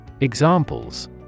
Examples